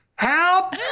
Help